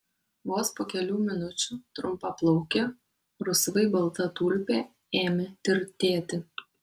vos po kelių minučių trumpaplaukė rusvai balta tulpė ėmė tirtėti